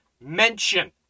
mention